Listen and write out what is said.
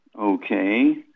Okay